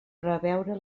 preveure